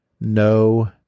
No